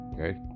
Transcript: okay